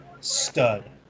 Stud